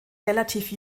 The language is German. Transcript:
relativ